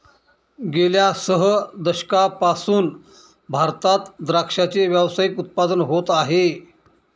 गेल्या सह दशकांपासून भारतात द्राक्षाचे व्यावसायिक उत्पादन होत आहे